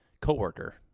co-worker